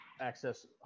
access